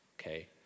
okay